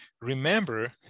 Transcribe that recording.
remember